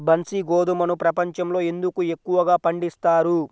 బన్సీ గోధుమను ప్రపంచంలో ఎందుకు ఎక్కువగా పండిస్తారు?